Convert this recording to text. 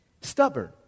stubborn